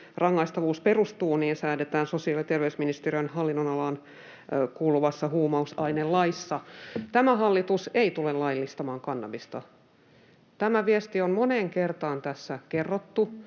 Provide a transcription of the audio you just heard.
rangaistavuus perustuu, säädetään sosiaali- ja terveysministeriön hallinnonalaan kuuluvassa huumausainelaissa. Tämä hallitus ei tule laillistamaan kannabista. Tämä viesti on moneen kertaan tässä kerrottu,